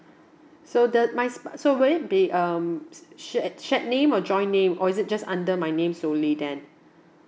so does my sp~ so will it be um shared shared name or join name or is it just under my name solely then